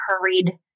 hurried